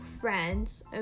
friends